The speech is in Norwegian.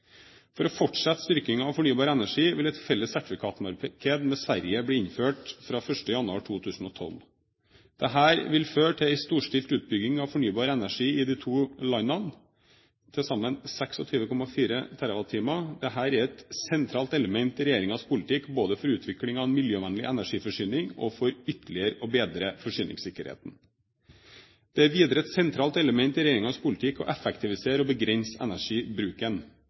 For å fortsette styrkingen av fornybar energi vil et felles sertifikatmarked med Sverige bli innført fra 1. januar 2012. Dette vil føre til en storstilt utbygging av fornybar energi i de to landene – til sammen 26,4 TWh. Dette er et sentralt element i regjeringens politikk både for utvikling av miljøvennlig energiforsyning og for ytterligere å bedre forsyningssikkerheten. Det er videre et sentralt element i regjeringens politikk å effektivisere og begrense energibruken.